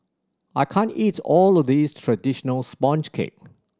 I can't eat all of this traditional sponge cake